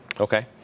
Okay